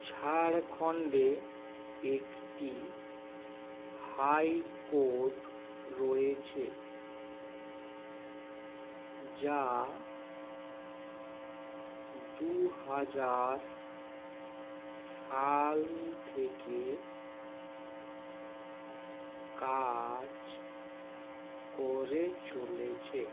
ঝাড়খণ্ডে একটি high court রয়েছে যা দু হাজার সাল থেকে কাজ করে চলেছে